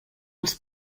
els